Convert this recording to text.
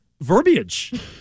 verbiage